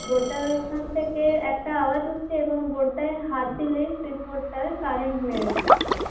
বোর্ডাটার ওখান থেকে একটা আওয়াজ উঠছে এবং বোর্ডাটায় হাত দিলেই সুইচ বোর্ডটায় কারেন্ট মেরে দিচ্ছে